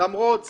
למרות זאת,